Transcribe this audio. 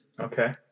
Okay